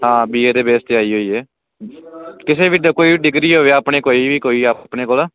ਹਾਂ ਬੀਏ ਦੇ ਬੇਸ ਤੇ ਆਈ ਹੋਈ ਹੈ ਕਿਸੇ ਵੀ ਕੋਈ ਡਿਗਰੀ ਹੋਵੇ ਆਪਣੀ ਕੋਈ ਵੀ ਕੋਈ ਆਪਣੇ ਕੋਲ